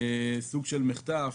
סוג של מחטף.